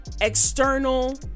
external